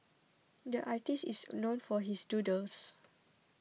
the artist is known for his doodles